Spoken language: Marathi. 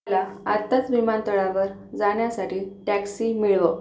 मला आत्ताच विमानतळावर जाण्यासाठी टॅक्सी मिळव